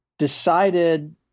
decided